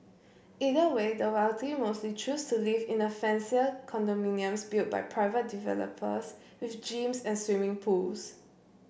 either way the wealthy mostly choose to live in a fancier condominiums built by private developers with gyms and swimming pools